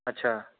अच्छा